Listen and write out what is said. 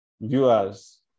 viewers